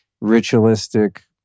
ritualistic